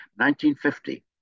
1950